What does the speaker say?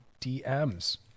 DMs